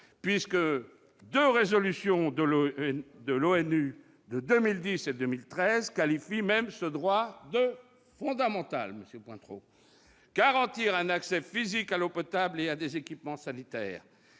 puisque deux résolutions de l'ONU, de 2010 et de 2013, qualifient ce droit de « fondamental ». Il s'agit aussi de garantir un accès physique à l'eau potable et à des équipements sanitaires,